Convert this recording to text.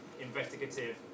investigative